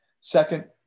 Second